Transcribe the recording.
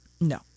No